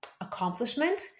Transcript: accomplishment